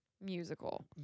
musical